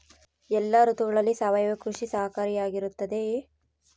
ಎಲ್ಲ ಋತುಗಳಲ್ಲಿ ಸಾವಯವ ಕೃಷಿ ಸಹಕಾರಿಯಾಗಿರುತ್ತದೆಯೇ?